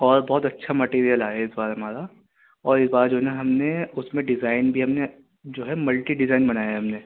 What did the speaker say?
اور بہت اچھا مٹیریل آیا اس بار ہمارا اور اس بار جو نا ہم نے اس میں ڈیزائن بھی ہم نے جو ہے ملٹی ڈیزائن بنایا ہے ہم نے